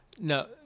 no